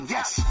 Yes